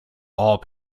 all